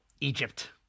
Egypt